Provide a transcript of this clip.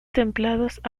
templados